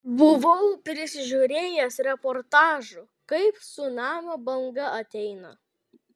buvau prisižiūrėjęs reportažų kaip cunamio banga ateina